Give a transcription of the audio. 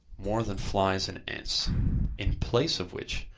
more than flies and ants in place of which,